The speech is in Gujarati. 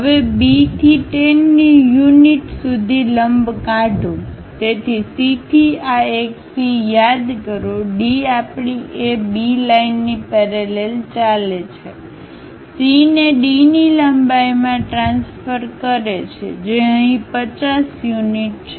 હવે B થી 10 ની યુનિટ સુધી લંબ કાઢો તેથી C થી આ એક C યાદ કરોD આપણી એ B લાઇનની પેરેલલ ચાલે છે Cને D ની લંબાઈમાં ટ્રાન્સફર કરે છે જે અહીં 50 યુનિટ છે